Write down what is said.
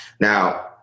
Now